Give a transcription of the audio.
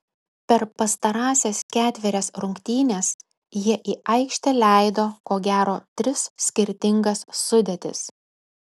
per pastarąsias ketverias rungtynes jie į aikštę leido ko gero tris skirtingas sudėtis